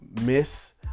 miss